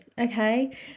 Okay